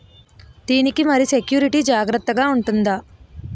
దీని కి మరి సెక్యూరిటీ జాగ్రత్తగా ఉంటుందా?